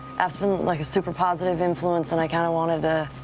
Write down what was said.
af's been like a super positive influence, and i kind of wanted to